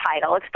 title